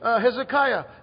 Hezekiah